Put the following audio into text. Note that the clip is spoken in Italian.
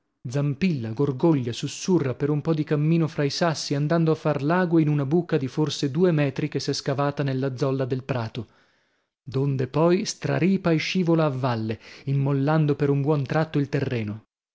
zampilla gorgoglia sussurra per un po di cammino fra i sassi andando a far lago in una buca di forse due metri che s'è scavata nella zolla del prato donde poi straripa e scivola a valle immollando per un buon tratto il terreno